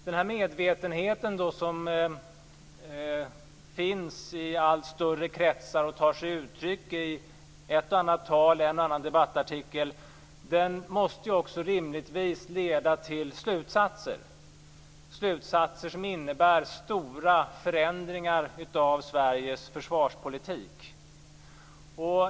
Den medvetenhet som finns i allt större kretsar och tar sig uttryck i ett och annat tal och en och annan debattartikel måste också rimligtvis leda till slutsatser, slutsatser som innebär stora förändringar av Sveriges försvarspolitik.